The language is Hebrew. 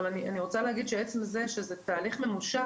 אבל אני רוצה להגיד שעצם זה שזה תהליך ממושך,